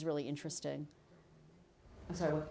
is really interesting so